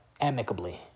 amicably